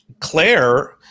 Claire